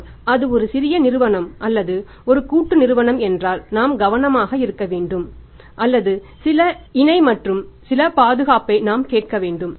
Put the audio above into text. ஆனால் அது ஒரு சிறிய நிறுவனம் அல்லது ஒரு கூட்டு நிறுவனம் என்றால் நாம் கவனமாக இருக்க வேண்டும் அல்லது சில இணை மற்றும் சில பாதுகாப்பை நாம் கேட்க வேண்டும்